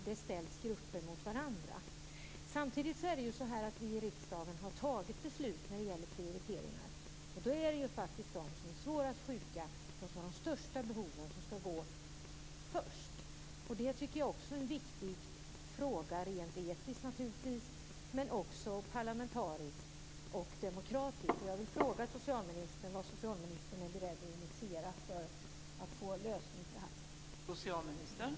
Det är en svår utmaning att ställa olika grupper mot varandra. Vi i riksdagen har fattat beslut i frågor om prioriteringar. De svårast sjuka och de med de största behoven skall gå först. Det är rent etiskt men också parlamentariskt och demokratiskt en viktig fråga. Vad är socialministern beredd att initiera för att få fram en lösning?